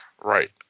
right